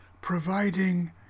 providing